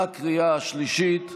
בקריאה השלישית.